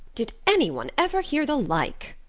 did anyone ever hear the like?